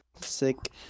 sick